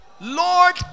Lord